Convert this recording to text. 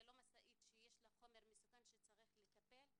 זה לא משאית שיש לה חומר מסוכן שצריך לטפל,